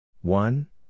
One